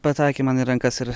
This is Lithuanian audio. pataikė man į rankas ir